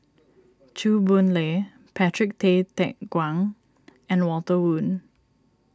Chew Boon Lay Patrick Tay Teck Guan and Walter Woon